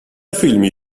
فیلمی